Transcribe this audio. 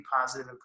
positive